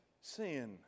sin